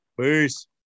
peace